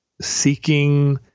seeking